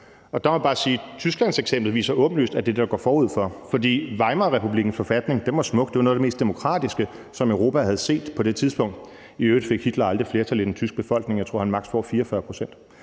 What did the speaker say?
Der må jeg bare sige, at Tysklands eksempel åbenlyst viser, at det er det, der går forud for den. For Weimarrepublikkens forfatning var smuk, og det var noget af det mest demokratiske, som Europa havde set på det tidspunkt. I øvrigt fik Hitler aldrig flertal i den tyske befolkning; jeg tror, at han maks. fik 44 pct.